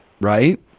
right